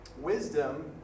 wisdom